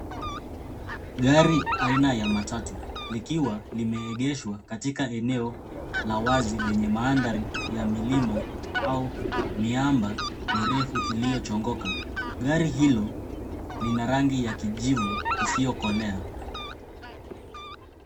Gari aina ya matatu likiwa limeegeshwa katika eneo la wazi lenye mandhari ya milima au miamba mirefu iliyochongoka. Gari hilo lina rangi ya kijivu isiyokolea.